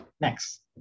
Next